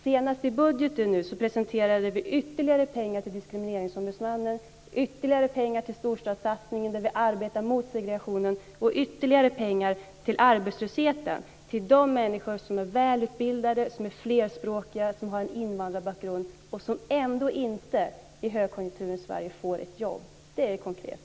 Senast presenterade vi i budgeten ytterligare pengar till Diskrimineringsombudsmannen, ytterligare pengar till storstadssatsningen, där vi arbetar mot segregationen, och ytterligare pengar till arbetslösheten - till de människor som är välutbildade, flerspråkiga och som har en invandrarbakgrund och som ändå inte får ett jobb i högkonjunkturens Sverige. Det är konkret.